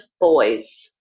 boys